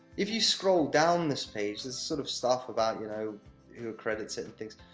if you scroll down this page, there's sort of stuff about, you know who accredits it and things,